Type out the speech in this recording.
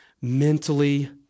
mentally